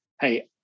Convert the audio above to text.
hey